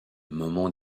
moment